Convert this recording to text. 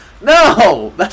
no